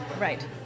right